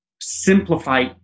simplify